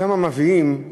שם מביאים,